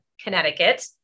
Connecticut